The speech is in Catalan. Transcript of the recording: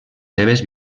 seves